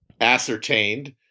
ascertained